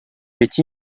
ведь